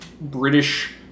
British